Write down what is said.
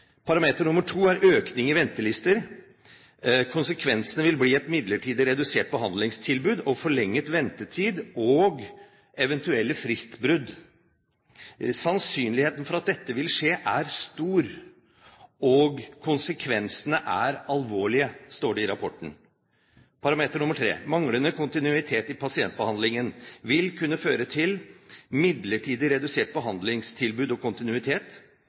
Parameter nr. 2 er økning i ventelister. Konsekvensene vil bli et midlertidig redusert behandlingstilbud, forlenget ventetid og eventuelle fristbrudd. Sannsynligheten for at dette vil skje, er stor, og konsekvensene er alvorlige, står det i rapporten. Parameter nr. 3: Manglende kontinuitet i pasientbehandlingen vil kunne føre til midlertidig redusert behandlingstilbud og kontinuitet,